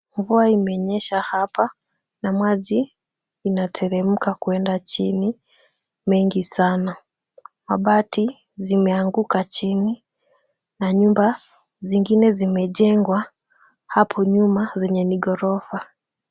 Mvua imenyesha hapa na maji, inateremka kwenda chini, mengi sana. Mabati zimeanguka chini, na nyumba zingine zimejengwa hapo nyuma zenye ni gorofa.